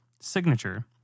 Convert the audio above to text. signature